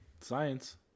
Science